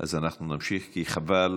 אז אנחנו נמשיך, כי חבל